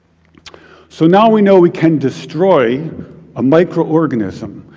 so now we know we can destroy a microorganism,